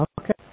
Okay